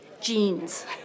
genes